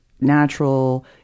natural